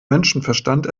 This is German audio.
menschenverstand